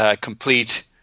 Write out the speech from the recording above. complete